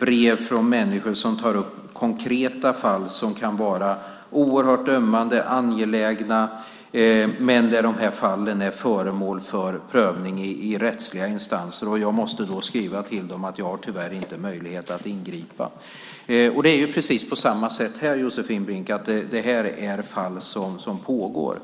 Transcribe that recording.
brev från människor som tar upp konkreta fall som kan vara oerhört ömmande och angelägna men där de här fallen är föremål för prövning i rättsliga instanser. Jag måste då skriva till dem att jag tyvärr inte har möjlighet att ingripa. Det är precis på samma sätt här, Josefin Brink, att det här är fall som pågår.